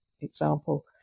example